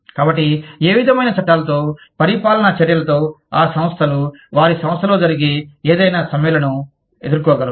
కాబట్టి ఏ విధమైన చట్టాలతో పరిపాలన చర్యలతో ఆ సంస్థలు వారి సంస్థలో జరిగే ఏదైనా సమ్మెలను ఎదుర్కోగలవు